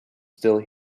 still